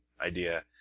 idea